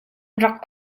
rak